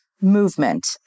movement